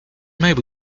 maybe